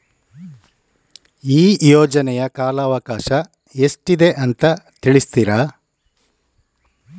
ಈ ಯೋಜನೆಯ ಕಾಲವಕಾಶ ಎಷ್ಟಿದೆ ಅಂತ ತಿಳಿಸ್ತೀರಾ?